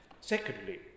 Secondly